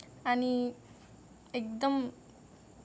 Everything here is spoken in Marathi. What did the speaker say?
आणि एकदम